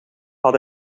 had